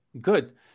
good